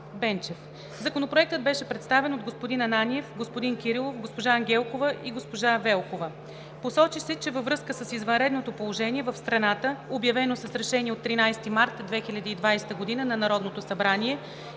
Бенчев. Законопроектът беше представен от господин Ананиев, господин Кирилов, госпожа Ангелкова и госпожа Велкова. Посочи се, че във връзка с извънредното положение в страната, обявено с Решение от 13 март 2020 г. на Народното събрание